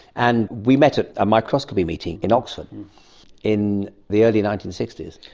and we met at a microscopy meeting in oxford in the early nineteen sixty s.